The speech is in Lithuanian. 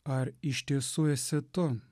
ar iš tiesų esi tu